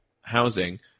housing